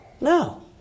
No